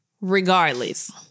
Regardless